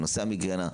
לנושא המיגרנה.